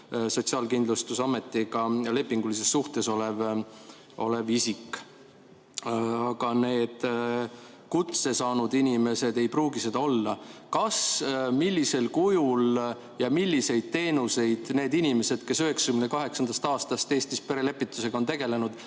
Sotsiaalkindlustusametiga lepingulises suhtes olev isik. Aga need kutse saanud inimesed ei pruugi seda olla. Kas, millisel kujul ja milliseid teenuseid need inimesed, kes 1998. aastast Eestis perelepitusega on tegelenud,